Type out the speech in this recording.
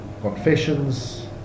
confessions